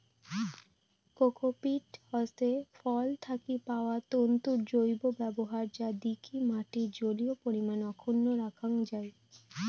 cocopeat হসে ফল থাকি পাওয়া তন্তুর জৈব ব্যবহার যা দিকি মাটির জলীয় পরিমান অক্ষুন্ন রাখাং যাই